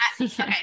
Okay